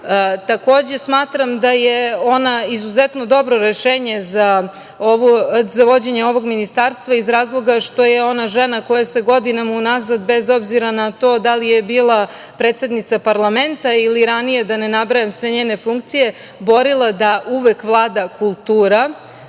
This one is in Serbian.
Takođe smatram da je ona izuzetno dobro rešenje za vođenje ovog ministarstva, iz razloga što je ona žena koja se godinama unazad, bez obzira na to da li je bila predsednica parlamenta ili ranije, da ne nabrajam sve njene funkcije, borila da uvek vlada kultura.